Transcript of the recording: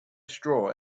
straw